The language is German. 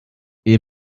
ihr